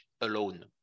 alone